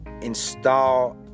install